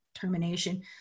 termination